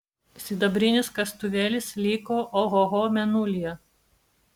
sidabrinis kastuvėlis liko ohoho mėnulyje